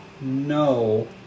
No